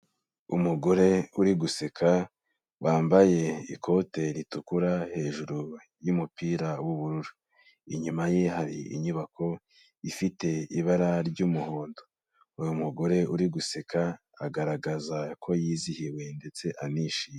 Umugore uri guseka, wambaye ikote ritukura hejuru y'umupira w'ubururu, inyuma ye hari inyubako ifite ibara ry'umuhondo, uyu mugore uri guseka agaragaza ko yizihiwe ndetse anishimye.